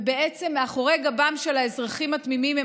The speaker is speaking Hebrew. ובעצם מאחורי גבם של האזרחים התמימים הם